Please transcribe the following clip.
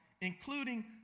including